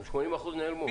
80% מהם נעלמו.